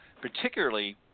particularly